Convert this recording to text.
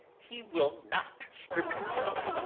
he will not strip himself,